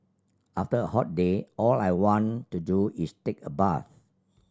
after a hot day all I want to do is take a bath